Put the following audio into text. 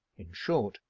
in short,